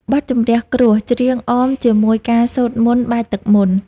បទជម្រះគ្រោះ ច្រៀងអមជាមួយការសូត្រមន្តបាចទឹកមន្ត។